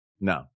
no